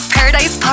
Paradise